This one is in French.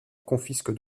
confisque